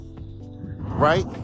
right